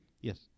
Yes